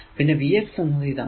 പിന്നെ Vx എന്നത് ഇതാണ്